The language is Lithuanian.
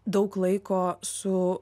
daug laiko su